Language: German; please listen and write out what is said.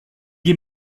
ihm